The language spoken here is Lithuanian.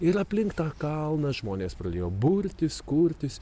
ir aplink tą kalną žmonės pradėjo burtis kurtis